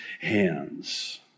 hands